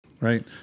right